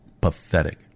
pathetic